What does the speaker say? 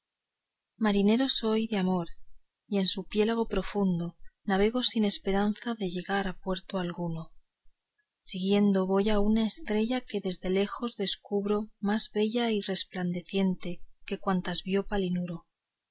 marinero soy de amor y en su piélago profundo navego sin esperanza de llegar a puerto alguno siguiendo voy a una estrella que desde lejos descubro más bella y resplandeciente que cuantas